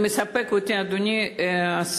זה מספק אותי, אדוני השר.